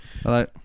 Hello